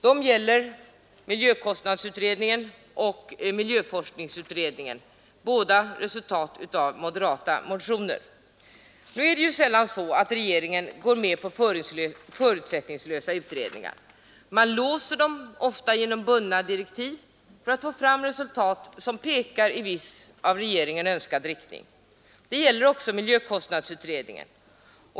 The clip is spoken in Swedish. De gäller miljökostnadsutred Nu är det ju sällan så att regeringen går med på förutsättningslösa utredningar. Man låser ofta utredningarna genom bundna direktiv för att få fram resultat som pekar i viss av regeringen önskad riktning. Detta gäller också miljökostnadsutredningen.